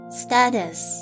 status